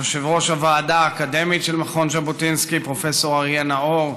יושב-ראש הוועדה האקדמית של מכון ז'בוטינסקי פרופ' אריה נאור,